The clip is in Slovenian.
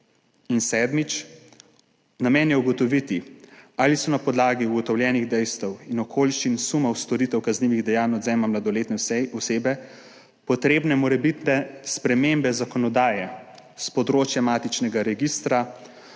Sedmič, namen je ugotoviti, ali so na podlagi ugotovljenih dejstev in okoliščin sumov storitev kaznivih dejanj odvzema mladoletne osebe potrebne morebitne spremembe zakonodaje s področja matičnega registra,